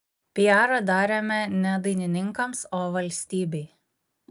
piarą darėme ne dainininkams o valstybei